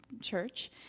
church